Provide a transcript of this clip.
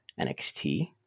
NXT